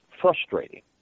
Frustrating